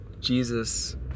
Jesus